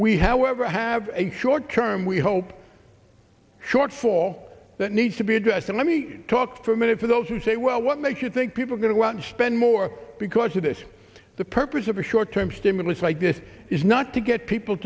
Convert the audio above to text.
we however have a short term we hope short fall that needs to be addressed and let me talk for a minute for those who say well what makes you think people are going to want to spend more because of this the purpose of a short term stimulus like this is not to get people